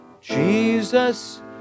Jesus